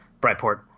Brightport